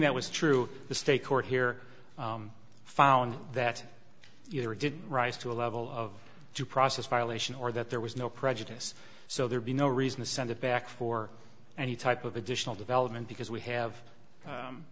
that was true the state court here found that either didn't rise to a level of due process violation or that there was no prejudice so there'd be no reason to send it back for any type of additional development because we have